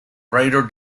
greater